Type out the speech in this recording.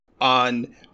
on